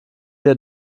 ihr